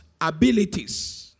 abilities